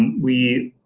we,